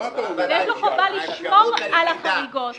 יש לו חובה לשמור על החריגות.